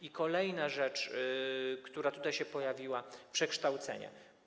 I kolejna rzecz, która tutaj się pojawiła, to przekształcenie.